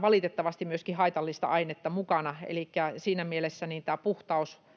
valitettavasti myöskin haitallista ainetta mukana. Elikkä siinä mielessä tämä puhtaus